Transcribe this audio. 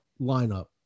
lineup